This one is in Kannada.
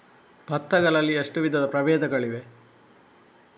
ಭತ್ತ ಗಳಲ್ಲಿ ಎಷ್ಟು ವಿಧದ ಪ್ರಬೇಧಗಳಿವೆ?